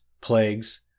plagues